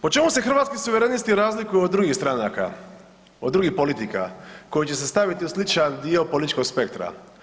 Po čemu se hrvatski suverenisti razlikuju od drugih stranaka, od drugih politika koje će se staviti u sličan dio političkog spektra?